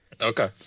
Okay